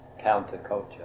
counterculture